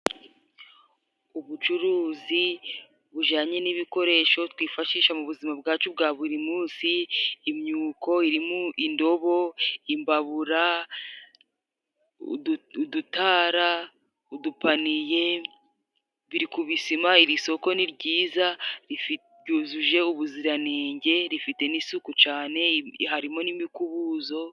Ubucuruzi bujyanye n'ibikoresho twifashisha mu buzima bwacu bwa buri munsi. Imyuko iri mu ndobo, imbabura, udutara, udupaniye biri ku bisima. Iri soko ni ryiza ryujuje ubuziranenge, rifite n'isuku cyane harimo n'imikubuzo.